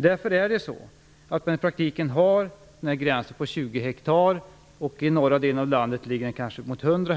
Därför har man i praktiken den här gränsen på 20 hektar. I norra delen av landet ligger den kanske på upp emot